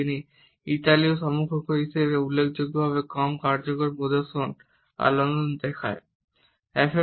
তিনি ইতালীয় সমকক্ষ হিসেবে উল্লেখযোগ্যভাবে কম কার্যকর প্রদর্শন আন্দোলন দেখান